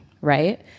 right